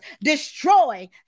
Destroy